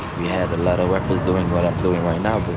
you had a lot of rappers doing what i'm doing right now. but